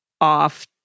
off